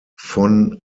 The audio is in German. von